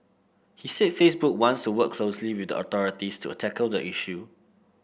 he said Facebook wants to work closely with the authorities to tackle the issue